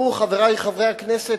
חברי חברי הכנסת,